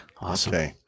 Awesome